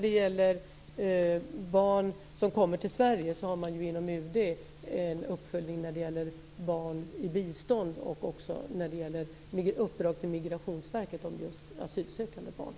Beträffande barn som kommer till Sverige har man inom UD en uppföljning av barn i bistånd och också ett uppdrag till Migrationsverket om asylsökande barn.